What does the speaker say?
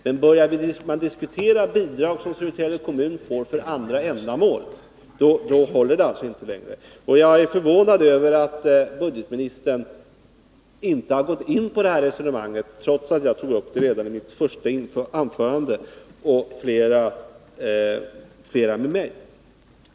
Men börjar man diskutera bidrag som Södertälje kommun får för andra ändamål håller det inte längre. Jag är förvånad över att budgetministern inte har gått in på det här resonemanget, eftersom jag tog upp det redan i mitt första anförande och flera med mig har gjort det.